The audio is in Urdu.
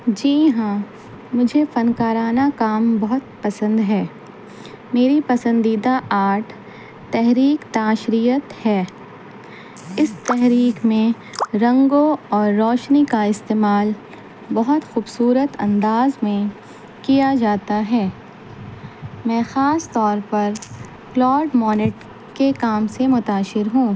جی ہاں مجھے فنکارانہ کام بہت پسند ہے میری پسندیدہ آرٹ تحریک تاشریت ہے اس تحریک میں رنگوں اور روشنی کا استعمال بہت خوبصورت انداز میں کیا جاتا ہے میں خاص طور پر پلاٹ مٹ کے کام سے متاثر ہوں